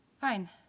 fine